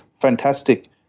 fantastic